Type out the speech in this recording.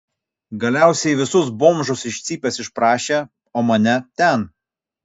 galiausiai visus bomžus iš cypės išprašė o mane ten